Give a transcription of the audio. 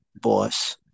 boss